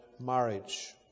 marriage